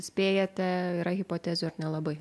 spėjate yra hipotezių ar nelabai